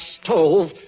stove